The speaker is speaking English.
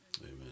Amen